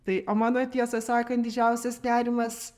tai o mano tiesą sakant didžiausias nerimas